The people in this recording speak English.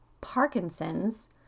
Parkinson's